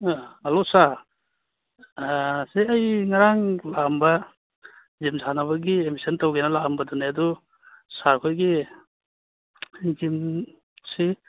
hello sir ꯁꯤ ꯑꯩ ꯉꯔꯥꯡ ꯂꯥꯛꯑꯝꯕ ꯖꯤꯝ ꯁꯥꯟꯅꯕꯒꯤ ꯑꯦꯗꯃꯤꯁꯟ ꯇꯧꯒꯦꯅ ꯂꯥꯛꯑꯝꯕꯗꯨꯅꯦ ꯑꯗꯣ ꯁꯥꯔꯈꯣꯏꯒꯤ ꯔꯨꯇꯤꯟꯁꯤ